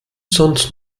sonst